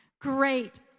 Great